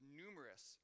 numerous